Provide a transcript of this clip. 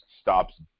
stops